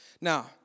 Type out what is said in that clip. Now